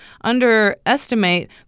underestimate